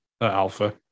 Alpha